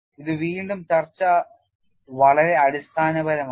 ഇത് വീണ്ടും ചർച്ച വളരെ അടിസ്ഥാനപരമാണ്